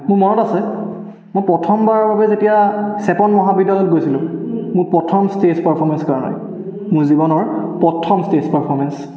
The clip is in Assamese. মোৰ মনত আছে মই প্ৰথমবাৰৰ বাবে যেতিয়া চেপন মহাবিদ্যালয়ত গৈছিলোঁ মোৰ প্ৰথম ষ্টেজ পাৰফৰ্মেঞ্চ কাৰণে মোৰ জীৱনৰ প্ৰথম ষ্টেজ পাৰফৰ্মেঞ্চ